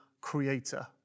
Creator